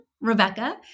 Rebecca